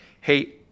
Hey